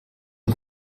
ein